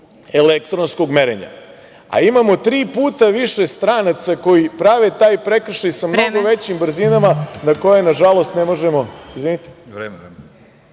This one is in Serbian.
elektronskog merenja, a imamo tri puta više stranaca koji prave taj prekršaj sa mnogo većim brzinama na koje, nažalost, ne možemo…(Predsedavajuća: